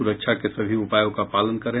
सुरक्षा के सभी उपायों का पालन करें